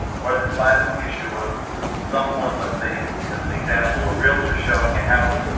or the classic issue of someone let's say, as an example, a realtor showing a house,